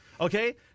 Okay